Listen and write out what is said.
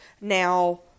now